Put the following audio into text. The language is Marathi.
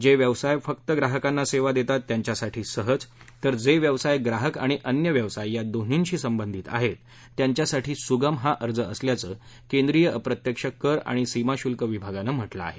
जे व्यवसाय फक्त ग्राहकांना सेवा देतात त्यांच्यासाठी सहज तर जे व्यवसाय ग्राहक आणि अन्य व्यवसाय या दोन्हीशी संबधीत आहेत त्यांच्यासाठी सुगम हा अर्ज असल्याचं केंद्रीय अप्रत्यक्ष कर आणि सीमाशुल्क विभागानं म्हटलं आहे